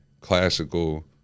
classical